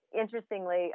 interestingly